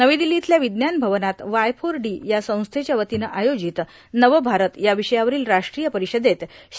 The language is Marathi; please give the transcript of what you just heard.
नवी दिल्ली इयल्या विम्नान भवनात वाय फोर डी या संस्येच्यावतीनं आयोजित नव भारत या विषयावरील राष्ट्रीय परिषदेत श्री